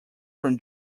from